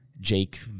Jake